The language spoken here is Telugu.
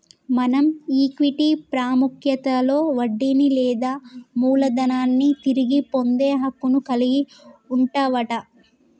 మనం ఈక్విటీ పాముఖ్యతలో వడ్డీని లేదా మూలదనాన్ని తిరిగి పొందే హక్కును కలిగి వుంటవట